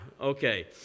okay